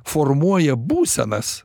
formuoja būsenas